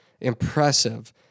impressive